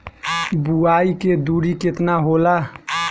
बुआई के दूरी केतना होला?